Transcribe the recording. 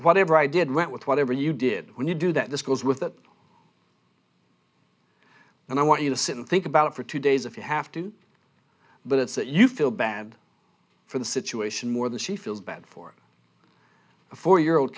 whatever i did went with whatever you did when you do that this goes with that and i want you to sit and think about it for two days if you have to but it's that you feel bad for the situation more than she feels bad for a four year old